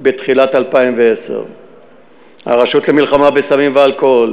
בתחילת 2010. הרשות למלחמה בסמים ואלכוהול